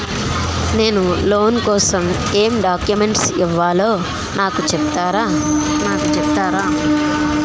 నేను లోన్ కోసం ఎం డాక్యుమెంట్స్ ఇవ్వాలో నాకు చెపుతారా నాకు చెపుతారా?